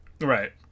Right